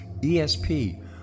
ESP